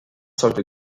sollte